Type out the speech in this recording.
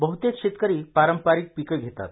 बहतेक शेतकरी पारंपारिक पिकं घेतात